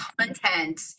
content